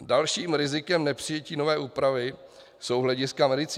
Dalším rizikem nepřijetí nové úpravy jsou hlediska medicínská.